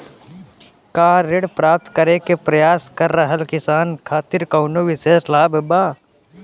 का ऋण प्राप्त करे के प्रयास कर रहल किसान खातिर कउनो विशेष लाभ बा?